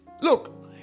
Look